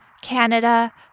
Canada